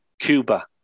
Cuba